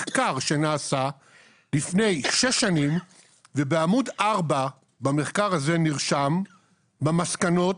מחקר שנעשה לפני שש שנים ובעמוד 4 במחקר הזה נרשם במסקנות